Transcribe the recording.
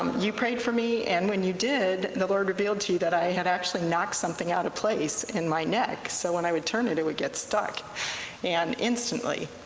um you prayed for me, and when you did, the lord revealed to you that i had actually knocked something out of place in my neck, so, when i would turn it, it would get stuck and instantly,